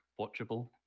watchable